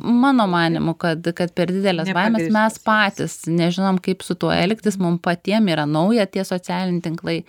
mano manymu kad kad per dideles baimes mes patys nežinom kaip su tuo elgtis mum patiem yra nauja tie socialiniai tinklai